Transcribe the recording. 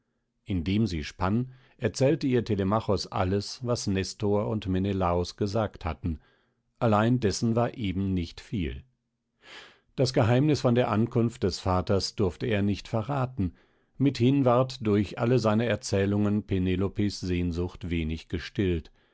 indem sie spann erzählte ihr telemachos alles was nestor und menelaos gesagt hatten allein dessen war eben nicht viel das geheimnis von der ankunft des vaters durfte er nicht verraten mithin ward durch alle seine erzählungen penelopes sehnsucht wenig gestillt